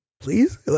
please